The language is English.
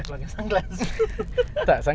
bulan berapa dah half way through bro